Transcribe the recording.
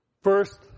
First